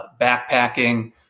backpacking